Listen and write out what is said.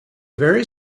very